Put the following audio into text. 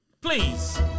Please